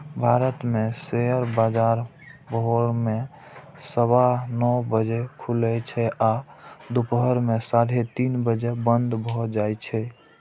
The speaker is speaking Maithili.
भारत मे शेयर बाजार भोर मे सवा नौ बजे खुलै छै आ दुपहर मे साढ़े तीन बजे बंद भए जाए छै